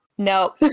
No